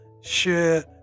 share